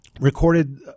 recorded